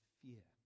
fear